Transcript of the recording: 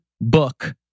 Book